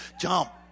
Jump